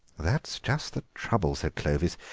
that's just the trouble, said clovis.